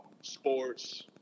sports